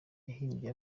yahimbye